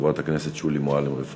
חברת הכנסת שולי מועלם-רפאלי.